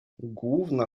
główna